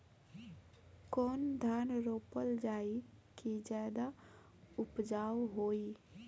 कौन धान रोपल जाई कि ज्यादा उपजाव होई?